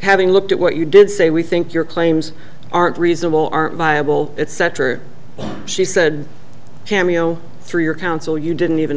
having looked at what you did say we think your claims aren't reasonable aren't viable etc she said cameo through your counsel you didn't even